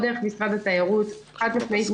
או דרך משרד התיירות חד משמעית,